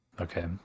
Okay